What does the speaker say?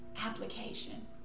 application